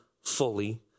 fully